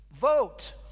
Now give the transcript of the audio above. Vote